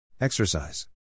Exercise